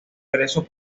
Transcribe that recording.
preso